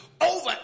over